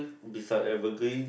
this are evergreen